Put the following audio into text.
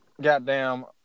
goddamn